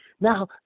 Now